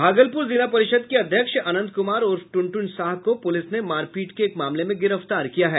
भागलपुर जिला परिषद के अध्यक्ष अनंत कुमार उर्फ टुनटुन साह को पुलिस ने मारपीट के एक मामले में गिरफ्तार किया है